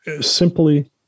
simply